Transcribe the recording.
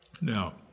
Now